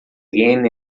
again